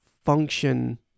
function